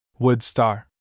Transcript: Woodstar